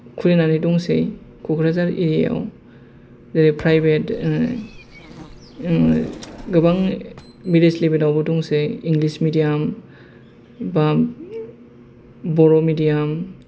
खुलिनानै दंसै कक्राझार एरियायाव जेरै प्रायभेत ओ गोबां बिदि स्लिबेतावबो दंसै इंलिस मिडियाम बा बर' मिडियाम